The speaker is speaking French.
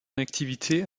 activité